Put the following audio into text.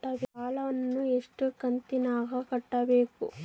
ಸಾಲವನ್ನ ಎಷ್ಟು ಕಂತಿನಾಗ ಕಟ್ಟಬೇಕು?